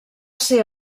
ser